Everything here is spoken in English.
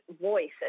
voice